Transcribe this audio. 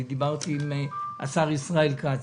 דיברתי עם השר ישראל כץ,